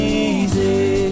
easy